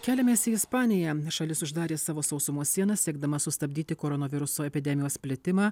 keliamės į ispaniją šalis uždarė savo sausumos sienas siekdama sustabdyti koronaviruso epidemijos plitimą